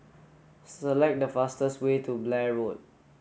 select the fastest way to Blair Road